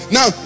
Now